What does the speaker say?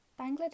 Bangladesh